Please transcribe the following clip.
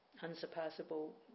unsurpassable